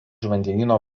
vandenyno